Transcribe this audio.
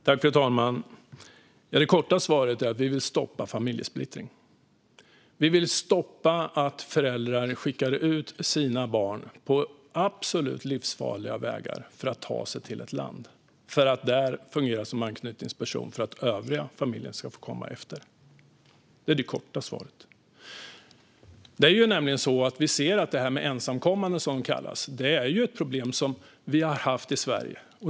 Fru talman! Det korta svaret är att vi vill stoppa familjesplittring. Vi vill stoppa att föräldrar skickar ut sina barn på absolut livsfarliga vägar för att ta sig till ett land och där fungera som anknytningsperson för att övriga familjen ska få komma efter. Det är det korta svaret. Vi ser att det här med ensamkommande, som det kallas, är ett problem som vi har haft i Sverige.